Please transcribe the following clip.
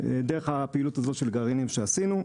דרך הפעילות הזאת של גרעינים שעשינו.